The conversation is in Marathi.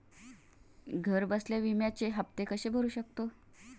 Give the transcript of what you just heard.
घरबसल्या विम्याचे हफ्ते कसे भरू शकतो?